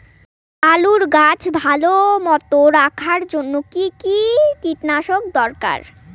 আলুর গাছ ভালো মতো রাখার জন্য কী কী কীটনাশক দরকার?